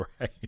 right